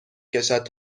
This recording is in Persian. کشد